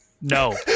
no